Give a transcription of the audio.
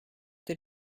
did